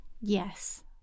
Yes